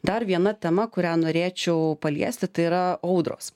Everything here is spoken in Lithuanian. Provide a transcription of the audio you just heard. dar viena tema kurią norėčiau paliesti tai yra audros